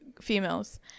females